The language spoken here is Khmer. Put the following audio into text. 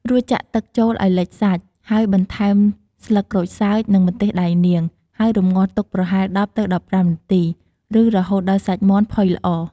រួចចាក់ទឹកចូលឱ្យលិចសាច់ ហើយបន្ថែមស្លឹកក្រូចសើច និងម្ទេសដៃនាង ហើយរម្ងាស់ទុកប្រហែល ១០ទៅ១៥ នាទី ឬរហូតដល់សាច់មាន់ផុយល្អ។